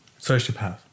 Sociopath